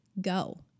go